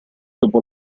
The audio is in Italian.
dopo